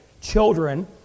children